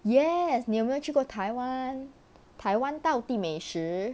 yes 你有没有去过台湾台湾道地美食